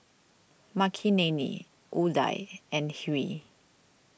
Makineni Udai and Hri